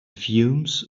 fumes